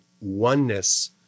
oneness